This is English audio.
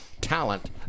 talent